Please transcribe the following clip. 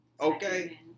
Okay